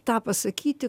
tą pasakyti